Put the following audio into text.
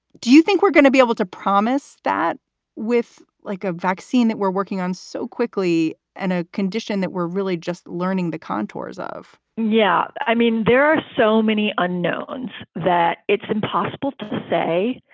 do you think we're gonna be able to promise that with like a vaccine that we're working on so quickly and a condition that we're really just learning the contours of? yeah, i mean, there are so many unknowns that it's impossible to say.